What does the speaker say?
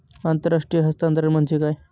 आंतरराष्ट्रीय हस्तांतरण म्हणजे काय?